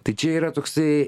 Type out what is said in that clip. tai čia yra toksai